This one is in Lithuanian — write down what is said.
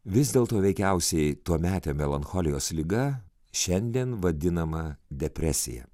vis dėlto veikiausiai tuometė melancholijos liga šiandien vadinama depresija